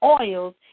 Oils